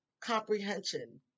comprehension